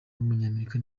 w’umunyamerika